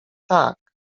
tak